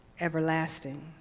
everlasting